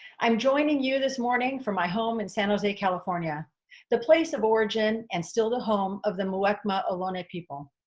i'm joining you this morning from my home in san jose california the place of origin and still the home of the mwekma olone people